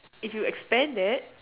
if you expand that